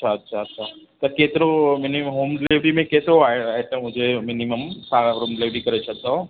अछा अछा अछा त केतिरो मिनीमम होम डिलेवरी में केतिरो आहे आइटम हुजे मिनीमम तव्हां होम डिलेवरी करे छॾींदव